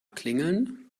klingeln